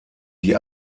die